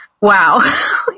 wow